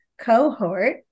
cohort